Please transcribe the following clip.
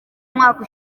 umwaka